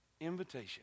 invitation